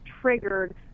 triggered